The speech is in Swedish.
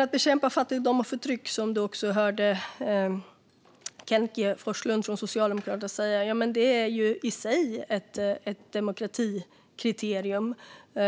Att bekämpa fattigdom och förtryck är, som vi också hörde Kenneth G Forslund från Socialdemokraterna säga, i sig ett demokratikriterium. Det